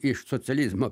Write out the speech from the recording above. iš socializmo